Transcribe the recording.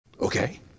okay